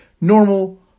normal